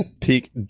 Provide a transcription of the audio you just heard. Peak